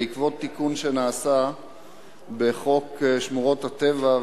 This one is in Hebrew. בעקבות תיקון שנעשה בחוק שמורות הטבע,